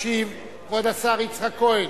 ישיב כבוד השר יצחק כהן.